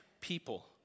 people